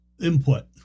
input